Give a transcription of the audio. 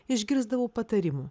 išgirsdavau patarimų